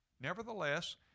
Nevertheless